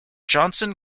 johnson